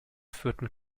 führten